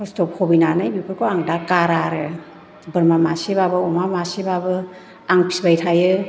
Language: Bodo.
खस्थ' भुगिनानै बेफोरखौ आं दा गारा आरो बोरमा मासेबाबो अमा मासेबाबो आं फिबाय थायो